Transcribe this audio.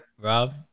Rob